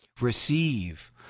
receive